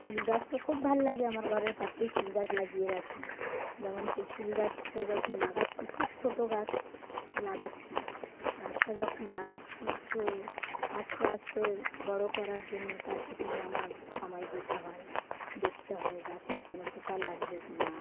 ফুল গাছ তো খুব ভালো লাগে আমার ঘরের পাশেই ফুল গাছ লাগিয়ে রাখি যেমন সে ফুল গাছটা যখন লাগাচ্ছি খুব ছোটো গাছ লাগাচ্ছি গাছটা যখন লাগাচ্ছি তো আস্তে আস্তে বড় করার জন্য তার পেছনে আমার সময় দিতে হয় দেখতে হয় গাছটায় কোনো পোকা লাগছে কি না